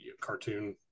cartoon